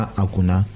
akuna